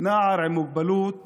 נער עם מוגבלות